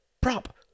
prop